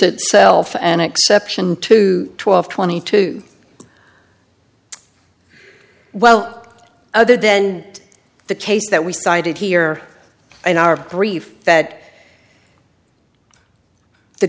itself an exception to twelve twenty two well other than the case that we cited here in our brief that the